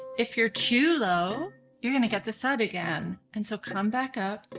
if you're too low you're going to get the thud again and so come back up.